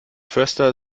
förster